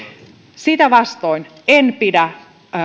sitä vastoin en pidä